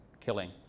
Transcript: killing